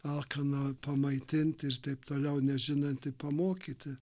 alkaną pamaitint ir taip toliau nežinantį pamokyti